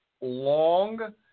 long